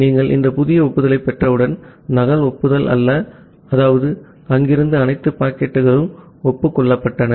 நீங்கள் இந்த புதிய ஒப்புதலைப் பெற்றவுடன் நகல் ஒப்புதல் அல்ல அதாவது அங்கிருந்த அனைத்து பாக்கெட்டுகளும் ஒப்புக் கொள்ளப்பட்டுள்ளன